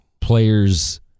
players